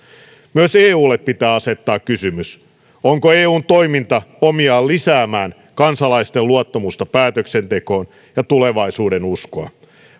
myös eulle pitää asettaa kysymys onko eun toiminta omiaan lisäämään kansalaisten luottamusta päätöksentekoon ja tulevaisuudenuskoa